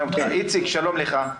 איציק, שלום לך.